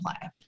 play